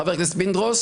חבר הכנסת פינדרוס,